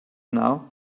now